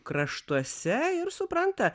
kraštuose ir supranta